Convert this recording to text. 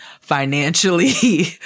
financially